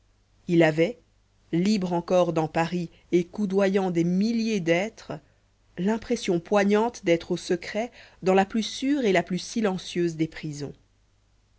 il avait libre encore dans paris et coudoyant des milliers d'êtres l'impression poignante d'être au secret dans la plus sûre et la plus silencieuse des prisons